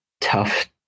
tough